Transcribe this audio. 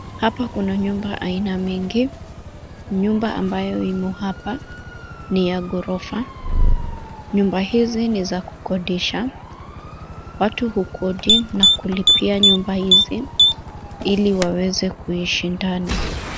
Hapa kuna nyumba aina nyingi. Nyumba ambayo imo hapa ni ya ghorofa. Nyumba hizi ni za kukodisha. Watu hukodi na kulipia nyumba hizi ili waweze kuishi ndani.